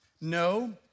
No